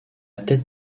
tête